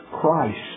Christ